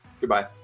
goodbye